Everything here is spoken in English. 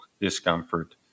discomfort